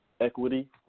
equity